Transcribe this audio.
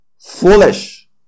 foolish